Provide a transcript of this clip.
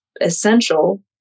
essential